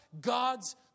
God's